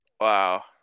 Wow